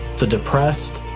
the depressed,